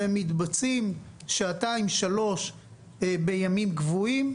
והן מתבצעות שעתיים-שלוש בימים קבועים,